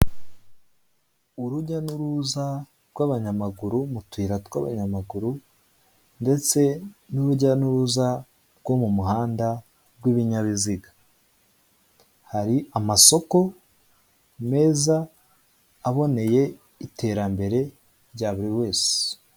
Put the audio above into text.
Urujya n'uruza rw'abanyamaguru mu tuyira tw'abanyamaguru ndetse n'urujya n'uruza rwo mu muhanda rw'ibinyabiziga. Hari amasoko meza aboneye iterambere rya buri wese.